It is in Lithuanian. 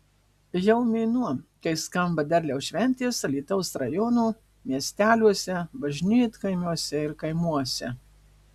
jau mėnuo kai skamba derliaus šventės alytaus rajono miesteliuose bažnytkaimiuose ir kaimuose